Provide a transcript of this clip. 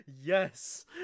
Yes